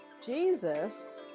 Jesus